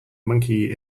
monkey